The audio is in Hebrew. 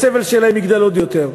הסבל שלהן יגדל עוד יותר.